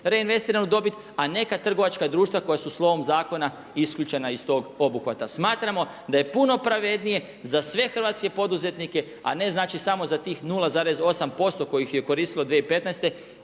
reinvestiranu dobit, a neka trgovačka društva koja su slovom zakona isključena iz tog obuhvata. Smatramo da je puno pravednije za sve hrvatske poduzetnike a ne znači samo za tih 0,8% kojih je koristilo 2015.